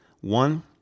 One